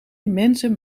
mensen